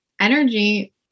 energy